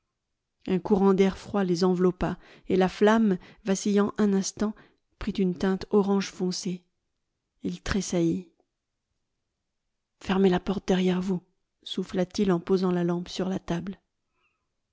un courant d'air froid les enveloppa et la flamme vacillant un instant prit une teinte orange foncé il tressaillit fermez la porte derrière vous soufïla t il en posant la lampe sur la table